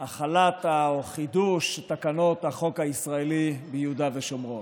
חידוש תקנות החוק הישראלי ביהודה ושומרון.